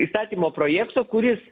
įstatymo projekto kuris